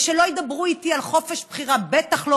ושלא ידברו איתי על חופש בחירה, בטח לא